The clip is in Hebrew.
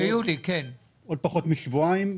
עוד פחות משבועיים,